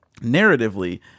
narratively